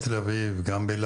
בתל אביב ובאלעד,